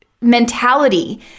mentality